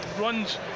runs